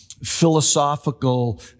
philosophical